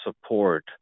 support